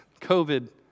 COVID